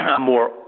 more